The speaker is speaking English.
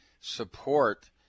support